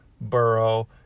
Burrow